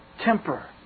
temper